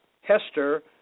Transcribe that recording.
Hester